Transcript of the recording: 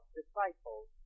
disciples